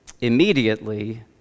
Immediately